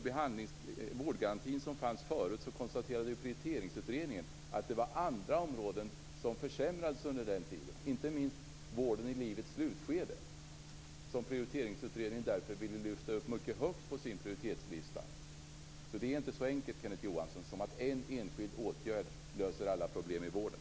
Prioriteringsutredningen att det var andra områden som försämrades under den tiden, inte minst vården i livets slutskede, som Prioriteringsutredningen därför ville sätta upp mycket högt på sin prioriteringslista. Det är inte så enkelt, Kenneth Johansson, som att en enskild åtgärd löser alla problem i vården.